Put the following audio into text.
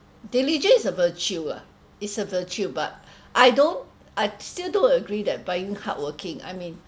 diligence is a virtue ah is a virtue but I don't I still don't agree that being hardworking I mean